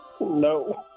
no